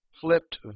flipped